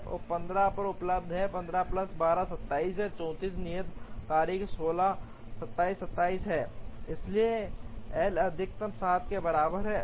15 पर यह उपलब्ध है 15 प्लस 12 27 34 नियत तारीखें 16 27 27 हैं इसलिए एल अधिकतम 7 के बराबर है